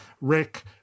Rick